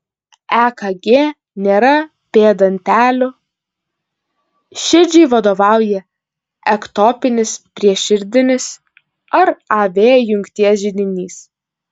ekg nėra p dantelių širdžiai vadovauja ektopinis prieširdinis ar av jungties židinys